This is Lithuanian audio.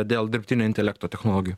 dėl dirbtinio intelekto technologijų